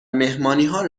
مهمانیها